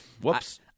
Whoops